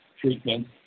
treatment